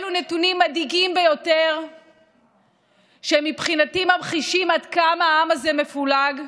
אלה נתונים מדאיגים ביותר שמבחינתי ממחישים עד כמה העם הזה מפולג,